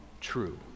true